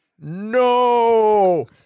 no